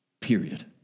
period